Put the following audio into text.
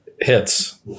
hits